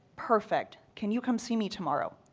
perfect. can you come see me tomorrow?